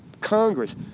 Congress